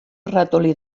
ratolí